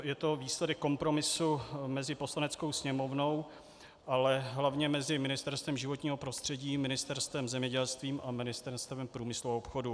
Je to výsledek kompromisu mezi Poslaneckou sněmovnou, ale hlavně mezi Ministerstvem životního prostředí, Ministerstvem zemědělství a Ministerstvem průmyslu a obchodu.